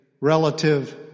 relative